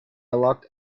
locked